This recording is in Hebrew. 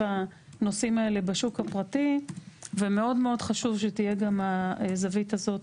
הנושאים האלה בשוק הפרטי ומאוד מאוד חשוב שתהיה גם הזווית הזאת